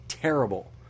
terrible